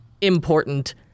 important